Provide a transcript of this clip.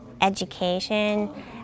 education